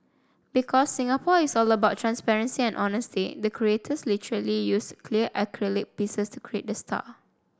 because Singapore is all about transparency and honesty the creators literally used clear acrylic pieces to create the star